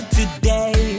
today